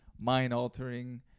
mind-altering